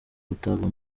gutabwa